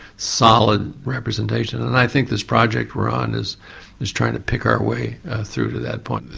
solid representation. and i think this project we're on is is trying to pick our way through to that point.